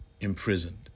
imprisoned